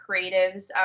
creatives